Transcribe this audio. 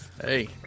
Hey